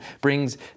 brings